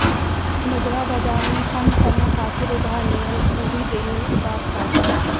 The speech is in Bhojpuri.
मुद्रा बाजार में कम समय खातिर उधार लेहल अउरी देहल जात बाटे